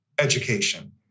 education